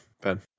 ben